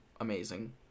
amazing